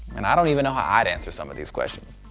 and i don't even know how i'd answer some of these questions.